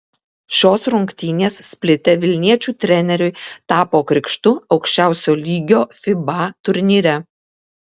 šios rungtynės splite vilniečių treneriui tapo krikštu aukščiausio lygio fiba turnyre